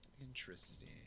Interesting